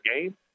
game